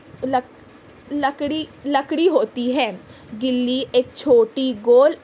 لک لکڑی لکڑی ہوتی ہے گلی ایک چھوٹی گول